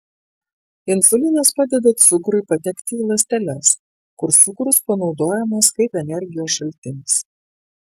insulinas padeda cukrui patekti į ląsteles kur cukrus panaudojamas kaip energijos šaltinis